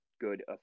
good